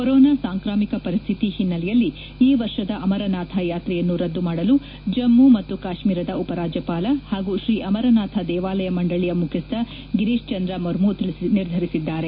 corona ಸಾಂಕ್ರಾಮಿಕ ಪರಿಸ್ಡಿತಿ ಹಿನ್ನೆಲೆಯಲ್ಲಿ ಈ ವರ್ಷದ ಅಮರನಾಥ ಯಾತ್ರೆಯನ್ನು ರದ್ದುಮಾಡಲು ಜಮ್ಮು ಮತ್ತು ಕಾಶ್ಮೀರದ ಉಪರಾಜ್ಯಪಾಲ ಹಾಗೂ ಶ್ರೀ ಅಮರನಾಥ ದೇವಾಲಯ ಮಂಡಳಿಯ ಮುಖ್ಯಸ್ಥ ಗಿರೀಶ್ ಚಂದ್ರ ಮರ್ಮು ನಿರ್ಧರಿಸಿದ್ದಾರೆ